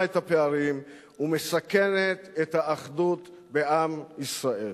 את הפערים ומסכנת את האחדות בעם ישראל.